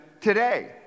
today